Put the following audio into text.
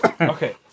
okay